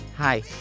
Hi